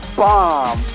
bomb